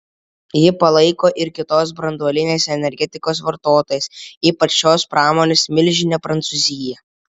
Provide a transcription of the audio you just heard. jį palaiko ir kitos branduolinės energetikos vartotojos ypač šios pramonės milžinė prancūzija